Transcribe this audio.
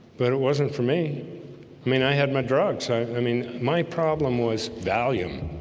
but it wasn't for me i mean i had my drugs so i mean my problem was valium